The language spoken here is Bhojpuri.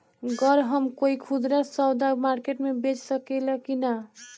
गर हम कोई खुदरा सवदा मारकेट मे बेच सखेला कि न?